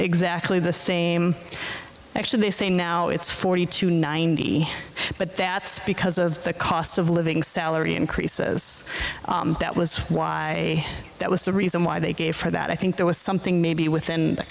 exactly the same actually they say now it's forty two ninety but that's because of the cost of living salary increases that was why that was the reason why they gave for that i think there was something maybe within